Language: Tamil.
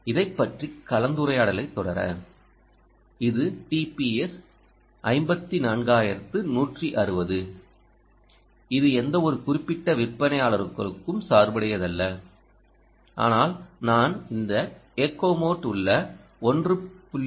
இதைப் பற்றிய கலந்துரையாடலைத் தொடர இது TPS 54160 இது எந்தவொரு குறிப்பிட்ட விற்பனையாளருக்கும் சார்புடையது அல்ல ஆனால் நான் இந்த எகோ மோட் உள்ள 1